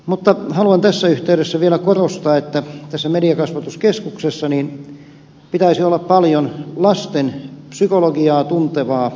mutta haluan tässä yhteydessä vielä korostaa että tässä mediakasvatuskeskuksessa pitäisi olla paljon lasten psykologiaa tuntevaa asiantuntemusta